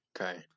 Okay